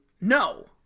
no